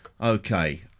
Okay